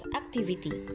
activity